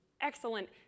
excellent